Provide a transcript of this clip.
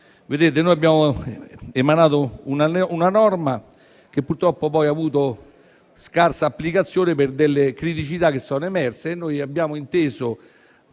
Noi abbiamo emanato una norma, che purtroppo poi ha avuto scarsa applicazione, per delle criticità che sono emerse. Noi abbiamo inteso,